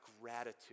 gratitude